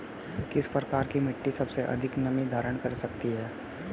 किस प्रकार की मिट्टी सबसे अधिक नमी धारण कर सकती है?